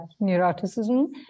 neuroticism